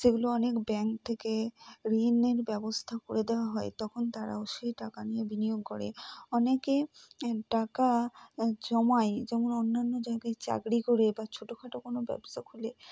সেগুলো অনেক ব্যাংক থেকে ঋণের ব্যবস্থা করে দেওয়া হয় তখন তারাও সেই টাকা নিয়ে বিনিয়োগ করে অনেকে টাকা জমায় যেমন অন্যান্য জায়গায় চাকরি করে বা ছোটো খাটো কোন ব্যাবসা খুলে